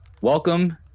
welcome